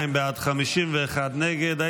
32 בעד, 51 נגד.